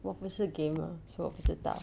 我不是 gamer 所以我不知道